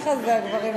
ככה זה הגברים.